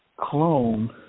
clone